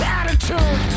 attitude